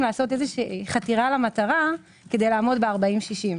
לעשות חתירה למטרה כדי לעמוד ב-40-60.